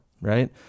right